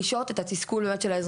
כללי.